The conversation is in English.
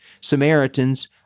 Samaritans